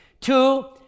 Two